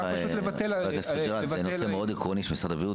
אפשר לבטל- -- זה נושא מאוד עקרוני של משרד הבריאות